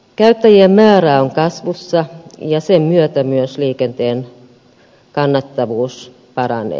käyttäjien määrä on kasvussa ja sen myötä myös liikenteen kannattavuus paranee